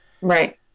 Right